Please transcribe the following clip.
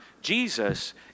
Jesus